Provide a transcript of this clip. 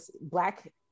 black